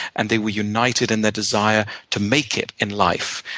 and they were united in their desire to make it in life,